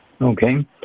okay